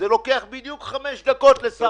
זה לוקח בדיוק חמש דקות לשר הכלכלה.